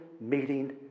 meeting